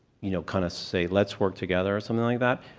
you know, kind of say, let's work together, or something like that.